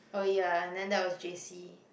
oh ya and then that was J_C